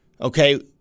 Okay